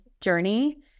journey